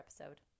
episode